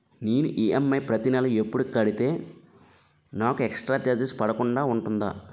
నేను ఈ.ఎం.ఐ ప్రతి నెల ఎపుడు కడితే నాకు ఎక్స్ స్త్ర చార్జెస్ పడకుండా ఉంటుంది?